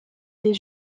des